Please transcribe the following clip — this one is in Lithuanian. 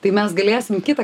tai mes galėsim kitą